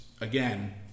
again